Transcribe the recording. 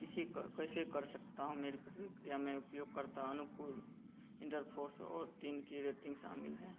किसी कैसे कर सकता हूँ मेरी प्रतिक्रिया में उपयोगकर्ता अनुकूल इन्टरफ़ोर्स और तीन की रेटिन्ग शामिल है